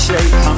Shake